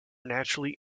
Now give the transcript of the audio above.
naturally